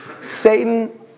Satan